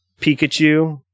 Pikachu